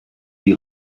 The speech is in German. die